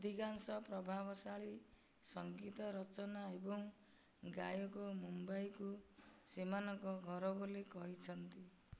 ଅଧିକାଂଶ ପ୍ରଭାବଶାଳୀ ସଂଗୀତ ରଚନା ଏବଂ ଗାୟକ ମୁମ୍ବାଇକୁ ସେମାନଙ୍କ ଘର ବୋଲି କହିଛନ୍ତି